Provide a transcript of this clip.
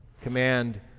command